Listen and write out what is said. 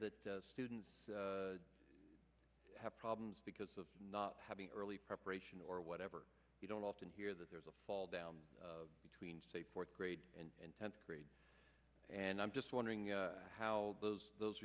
that students have problems because of not having early preparation or whatever you don't often hear that there's a fall down between say fourth grade and tenth grade and i'm just wondering how those